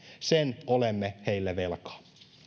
sen olemme heille velkaa